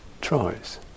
tries